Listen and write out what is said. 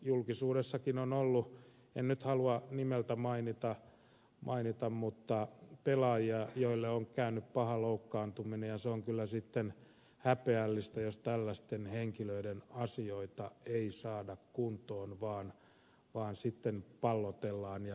julkisuudessakin on ollut en nyt halua nimeltä mainita pelaajia joille on käynyt paha loukkaantuminen ja se on kyllä sitten häpeällistä jos tällaisten henkilöiden asioita ei saada kuntoon vaan sitten pallotellaan ja väistellään korvausvelvollisuutta